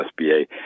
SBA